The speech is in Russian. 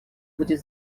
будет